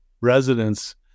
residents